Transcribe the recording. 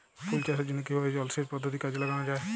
ফুল চাষের জন্য কিভাবে জলাসেচ পদ্ধতি কাজে লাগানো যাই?